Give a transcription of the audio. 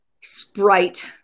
Sprite